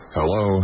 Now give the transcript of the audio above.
Hello